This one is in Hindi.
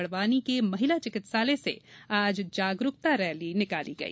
बड़वानी के महिला चिकित्सालय से जागरुकता रैली निकाली गई